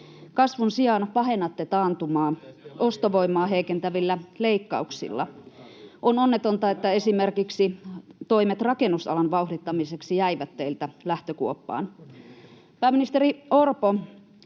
demareiden vaihtoehdossa?] ostovoimaa heikentävillä leikkauksilla. On onnetonta, että esimerkiksi toimet rakennusalan vauhdittamiseksi jäivät teiltä lähtökuoppaan. Pääministeri Orpo,